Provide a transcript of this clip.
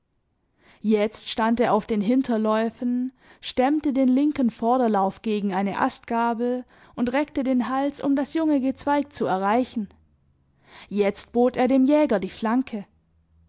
jetzt stand er auf den hinterläufen stemmte den linken vorderlauf gegen eine astgabel und reckte den hals um das junge gezweig zu erreichen jetzt bot er dem jäger die flanke